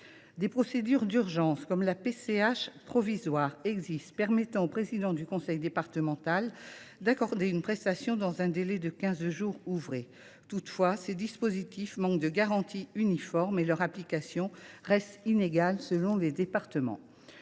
Des procédures d’urgence existent, comme la PCH provisoire, permettant au président du conseil départemental d’accorder une prestation dans un délai de quinze jours ouvrés. Toutefois, ces dispositifs manquent de garanties uniformes et leur application reste inégale selon les départements.